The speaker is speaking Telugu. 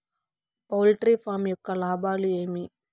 పౌల్ట్రీ ఫామ్ యొక్క లాభాలు ఏమి